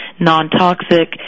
non-toxic